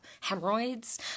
hemorrhoids